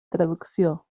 traducció